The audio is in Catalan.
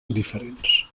diferents